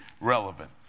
relevant